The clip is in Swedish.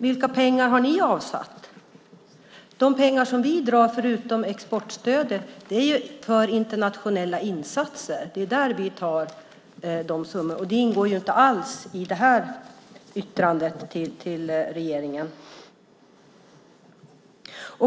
Vilka pengar har ni avsatt? De pengar som vi drar ned på, förutom exportstödet, gäller ju internationella insatser. Det är där vi tar de summorna, och det ingår inte alls i det här yttrandet till regeringen.